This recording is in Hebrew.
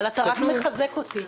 אבל אתה רק מחזק אותי.